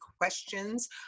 questions